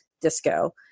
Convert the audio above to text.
disco